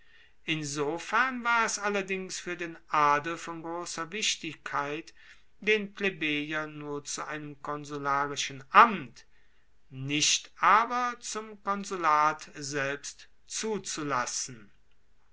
insofern war es allerdings fuer den adel von grosser wichtigkeit den plebejer nur zu einem konsularischen amt nicht aber zum konsulat selbst zuzulassen